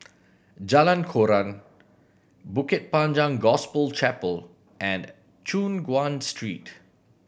Jalan Koran Bukit Panjang Gospel Chapel and Choon Guan Street